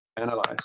Analyze